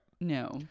No